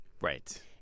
right